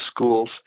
schools